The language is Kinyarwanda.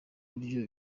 buryo